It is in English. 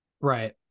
Right